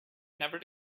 never